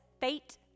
fate